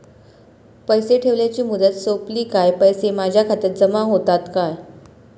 पैसे ठेवल्याची मुदत सोपली काय पैसे माझ्या खात्यात जमा होतात काय?